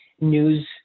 news